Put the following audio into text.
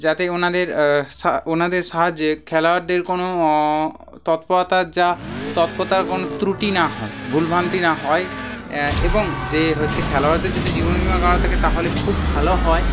যাতে ওনাদের সা ওনাদের সাহায্যে খেলোয়াড়দের কোনো তৎপরতার যা তৎপরতার কোনো ত্রুটি না হয় ভুলভ্রান্তি না হয় এবং যে হচ্ছে খেলোয়াড়দের যদি জীবনবিমা করা থাকে তাহলে খুব ভালো হয়